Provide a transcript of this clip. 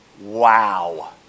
Wow